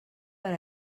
per